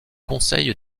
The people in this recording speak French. conseil